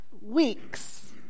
weeks